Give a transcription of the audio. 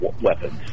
weapons